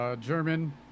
German